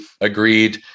agreed